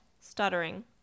stuttering